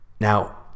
Now